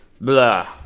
blah